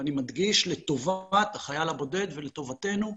ואני מדגיש, לטובת החייל הבודד ולטובתנו כמדינה,